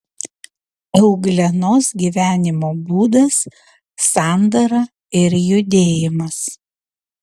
euglenos gyvenimo būdas sandara ir judėjimas